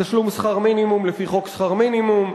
תשלום שכר מינימום לפי חוק שכר מינימום,